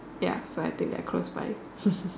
ya so I take that close by